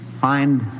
find